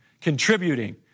contributing